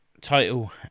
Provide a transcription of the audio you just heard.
title